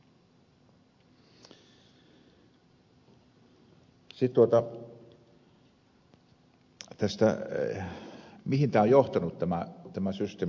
sitten siitä mihin tämä systeemi on johtanut